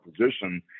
position